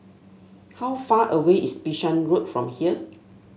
how far away is Bishan Road from here